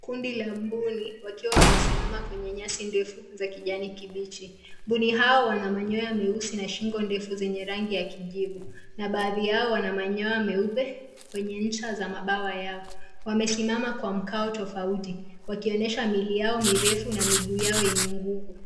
Kundi la mbuni wakiwa wamesimama kwenye nyasi ndefu za kijani kibichi. Mbuni hawa wana manyoya meusi na shingo ndefu zenye rangi ya kijivu na baadhi yao wana manyoya meupe kwenye ncha za mabawa yao. Wamesimama kwa mkao tofauti wakionyesha miili yao ni refu na miguu yao yenye nguvu.